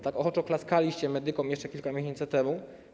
Tak ochoczo klaskaliście medykom jeszcze kilka miesięcy temu.